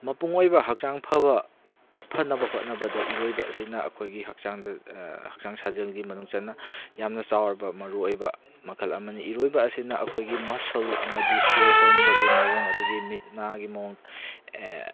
ꯃꯄꯨꯡ ꯑꯣꯏꯕ ꯍꯛꯆꯥꯡ ꯐꯕ ꯐꯅꯕ ꯍꯣꯠꯅꯕꯗ ꯏꯔꯣꯏꯕ ꯑꯁꯤꯅ ꯑꯩꯈꯣꯏꯒꯤ ꯍꯛꯆꯥꯡꯗ ꯍꯛꯆꯥꯡ ꯁꯥꯖꯦꯜꯒꯤ ꯃꯅꯨꯡ ꯆꯟꯅ ꯌꯥꯝꯅ ꯆꯥꯎꯔꯕ ꯃꯔꯨ ꯑꯣꯏꯕ ꯃꯈꯜ ꯑꯃꯅꯤ ꯏꯔꯣꯏꯕ ꯑꯁꯤꯅ ꯑꯩꯈꯣꯏꯒꯤ ꯃꯁꯜ ꯑꯃꯗꯤ ꯁꯣꯔ ꯍꯣꯟꯕꯒꯤ ꯃꯑꯣꯡ ꯑꯗꯨꯗꯒꯤ ꯃꯤꯠ ꯅꯥꯒꯤ ꯃꯑꯣꯡ